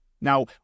Now